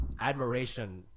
admiration